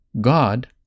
God